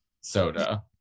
soda